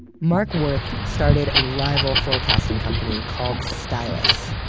mark worth started a rival forecasting company called stylus.